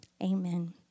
Amen